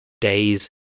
days